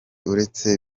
uretse